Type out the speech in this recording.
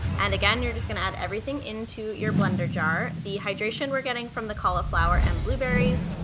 and again, you're just gonna add everything into your blender jar. the hydration we're getting from the cauliflower and blueberries,